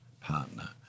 partner